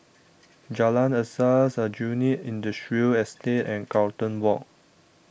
Jalan Asas Aljunied Industrial Estate and Carlton Walk